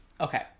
Okay